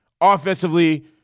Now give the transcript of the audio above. Offensively